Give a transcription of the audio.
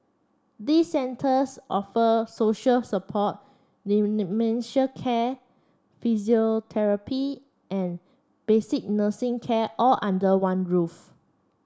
these centres offer social support care physiotherapy and basic nursing care all under one roof